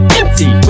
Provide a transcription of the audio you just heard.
empty